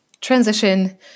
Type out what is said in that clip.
transition